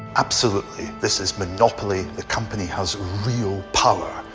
absolutely, this is monopoly. the company has real power.